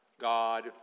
God